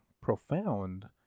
profound